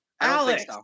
Alex